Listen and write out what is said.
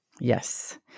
Yes